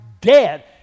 dead